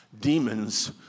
demons